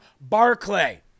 Barclay